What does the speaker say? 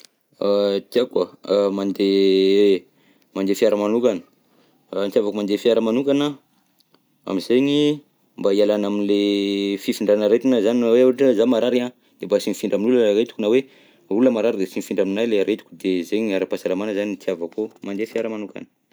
Tiàko a mandeha, mandeha fiara manokana, ny itiavako mandeha fiara manokana am'zegny mba hialana amle fifindran'aretina zany raha hoe ohatra zaho marary an de mba sy mifindra amin'olona aretiko, na hoe olona marary de sy mifindra aminahy le aretiko de zegny ny ara-pahasalamana zany itiavako mandeha fiara manokana.